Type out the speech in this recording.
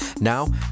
now